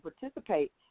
participate